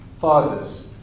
Fathers